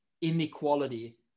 inequality